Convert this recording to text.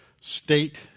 state